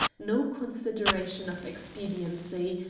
no consideration of expediency,